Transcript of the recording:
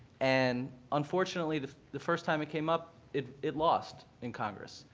and unfortunately, the the first time it came up, it it lost in congress.